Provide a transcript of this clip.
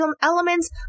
elements